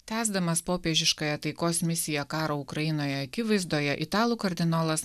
tęsdamas popiežiškąja taikos misiją karo ukrainoje akivaizdoje italų kardinolas